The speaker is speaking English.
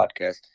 podcast